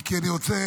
כי אני רוצה,